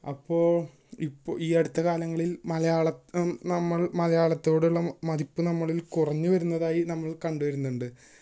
അപ്പോൾ ഇപ്പോൾ ഈ അടുത്ത കാലങ്ങളില് മലയാളം നമ്മള് മലയാളത്തോടുള്ള മതിപ്പ് നമ്മളില് കുറഞ്ഞു വരുന്നതായി നമ്മള് കണ്ടുവരുന്നുണ്ട്